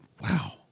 Wow